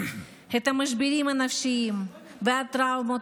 את המשברים הנפשיים והטראומות,